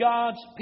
God's